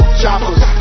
choppers